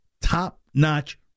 top-notch